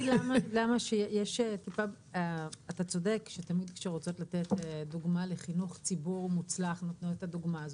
אתה צודק שכשרוצים לתת לחינוך ציבור מוצלח נותנים את הדוגמה הזאת,